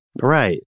right